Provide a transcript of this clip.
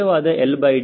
866 ಆಗಿರುತ್ತದೆ